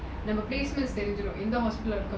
there's a placement தெரிஞ்சிடும் எந்த:terinjidum entha hospital